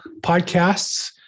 podcasts